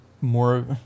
more